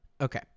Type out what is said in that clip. okay